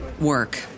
work